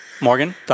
morgan